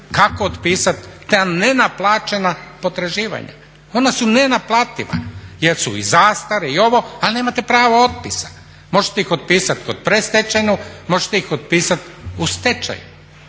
ga otpisati ta nenaplaćena potraživanja, ona su nenaplativa jer su i zastare i ovo ali nemate pravo otpisa. Možete ih otpisati kod predstečajne možete ih potpisati u stečaju.